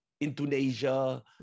Indonesia